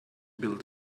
build